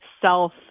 self